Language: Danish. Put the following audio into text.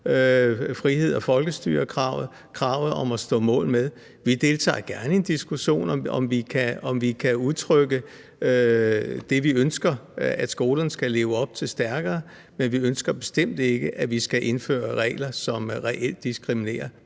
frihed og folkestyre-kravet og kravet om at stå mål med folkeskolen. Vi deltager gerne i en diskussion om, om vi kan udtrykke det, vi ønsker skolen skal leve op til, stærkere, men vi ønsker bestemt ikke, at vi skal indføre regler, som reelt diskriminerer